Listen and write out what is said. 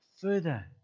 further